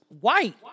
white